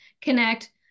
connect